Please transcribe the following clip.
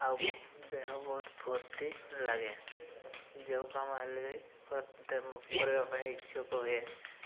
ଆଉ ଦେହ ବହୁତ ଭର୍ତ୍ତି ଲାଗେ ଯେଉଁ କାମ ହେଲେ ବି କରିବା ପାଇଁ ଇଚ୍ଛୁକ ହୁଏ